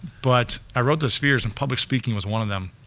but i wrote those fears and public speaking was one of them,